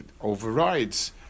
overrides